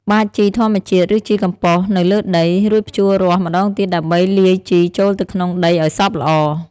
បាចជីធម្មជាតិ ឬជីកំប៉ុស្តនៅលើដី រួចភ្ជួររាស់ម្តងទៀតដើម្បីលាយជីចូលទៅក្នុងដីឱ្យសព្វល្អ។